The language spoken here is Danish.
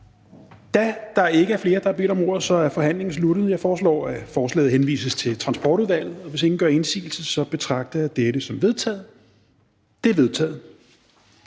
Da der ikke er flere, der har bedt om ordet, er forhandlingen sluttet. Jeg foreslår, at forslaget henvises til Transportudvalget. Hvis ingen gør indsigelse, betragter jeg dette som vedtaget. Det er vedtaget.